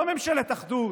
לא ממשלת אחדות,